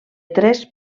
tres